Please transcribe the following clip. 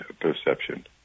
perception